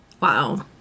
Wow